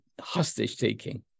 hostage-taking